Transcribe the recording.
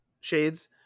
Shades